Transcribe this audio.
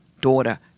daughter